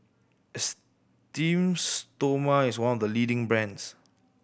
Esteem Stoma is one of the leading brands